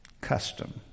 custom